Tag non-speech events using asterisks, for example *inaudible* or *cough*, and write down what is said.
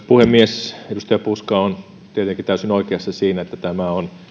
*unintelligible* puhemies edustaja puska on tietenkin täysin oikeassa siinä että tämä on